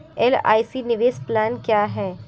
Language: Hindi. एल.आई.सी निवेश प्लान क्या है?